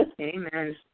Amen